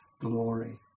glory